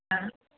हा